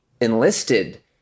enlisted